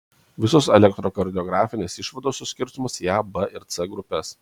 visos elektrokardiografinės išvados suskirstomos į a b ir c grupes